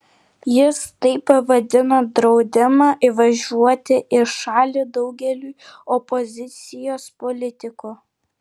jis taip pavadino draudimą įvažiuoti į šalį daugeliui opozicijos politikų